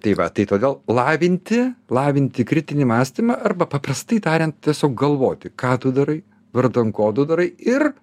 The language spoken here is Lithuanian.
tai va tai todėl lavinti lavinti kritinį mąstymą arba paprastai tariant tiesiog galvoti ką tu darai vardan ko tu darai ir